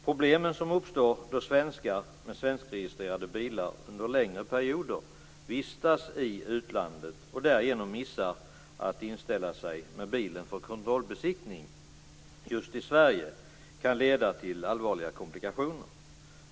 Problemen som uppstår då svenskar med svenskregistrerade bilar under längre perioder vistas i utlandet och därigenom missar att inställa sig med bilen för kontrollbesiktning just i Sverige kan leda till allvarliga komplikationer.